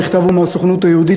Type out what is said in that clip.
המכתב הוא מהסוכנות היהודית,